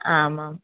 आमाम्